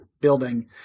building